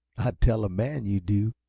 i'd tell a man you do!